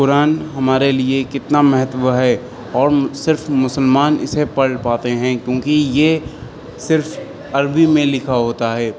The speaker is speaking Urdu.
قرآن ہمارے لیے کتنا مہتو ہے اور صرف مسلمان اسے پڑھ پاتے ہیں کیونکہ یہ صرف عربی میں لکھا ہوتا ہے